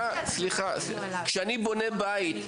כשאני בונה בית,